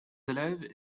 élèves